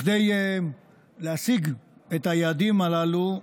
כדי להשיג את היעדים הללו,